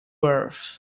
earth